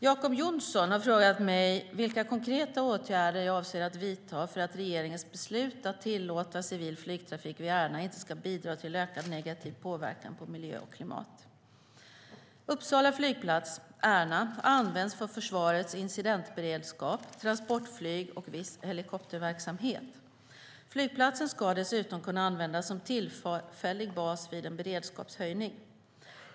Jacob Johnson har frågat mig vilka konkreta åtgärder jag avser att vidta för att regeringens beslut att tillåta civil flygtrafik vid Ärna inte ska bidra till ökad negativ påverkan på miljö och klimat. Uppsala flygplats, Ärna, används för försvarets incidentberedskap, transportflyg och viss helikopterverksamhet. Flygplatsen ska dessutom kunna användas som tillfällig bas vid en beredskapshöjning.